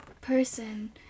person